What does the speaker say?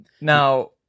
now